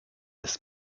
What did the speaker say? des